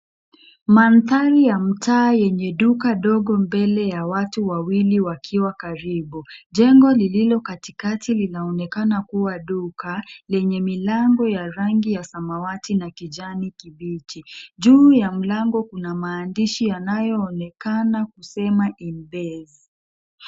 Mandhari ya mtaa yenye duka ndogo mbele ya watu wawili wakiwa karibu. Jengo lililo katikati linaonekana linaonekana kuwa duka, lenye milango ya rangi ya samawati na kijani kibichi. Juu ya mlango kuna maandishi yanayoonekana kusema In Base .